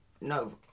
no